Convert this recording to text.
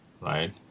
right